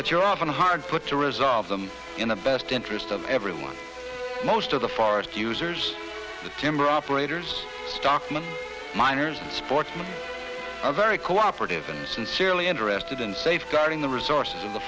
that you're often hard put to resolve them in the best interest of everyone most of the forest users the timber operators stockmen miners and sportsmen are very cooperative and sincerely interested in safeguarding the resources of the